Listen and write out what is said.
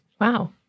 Wow